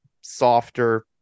softer